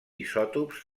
isòtops